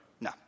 No